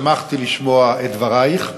שמחתי לשמוע את דברייך.